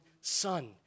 son